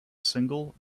single